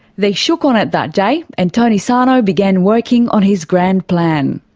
they shook on it that day and tony sarno began working on his grand plan.